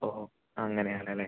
ഓ അങ്ങനെ ആണല്ലെ